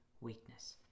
weakness